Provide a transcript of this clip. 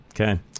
Okay